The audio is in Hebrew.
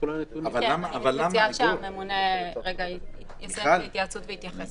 אני מציעה שהממונה יסיים את ההתייעצות ויתייחס.